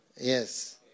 Yes